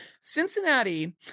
Cincinnati